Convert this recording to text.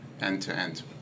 end-to-end